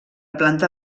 planta